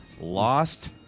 lost